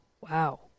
wow